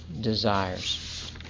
desires